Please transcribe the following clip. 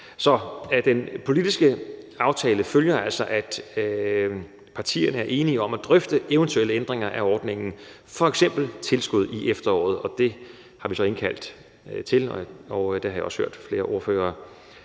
Af den politiske aftale følger altså, at partierne er enige om at drøfte eventuelle ændringer af ordningen, f.eks. tilskud i efteråret. Det har vi så indkaldt til møde om, og jeg har også hørt flere ordførere